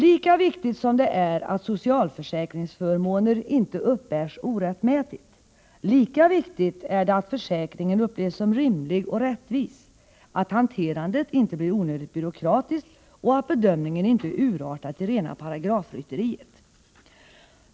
Lika viktigt som det är att socialförsäkringsförmåner inte uppbärs orättmätigt, lika viktigt är det att försäkringen upplevs som rimlig och rättvis, att hanterandet inte blir onödigt byråkratiskt och att bedömningen inte urartar till rena paragrafrytteriet.